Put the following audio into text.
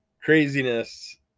craziness